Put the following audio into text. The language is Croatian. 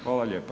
Hvala lijepo.